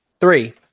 three